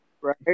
Right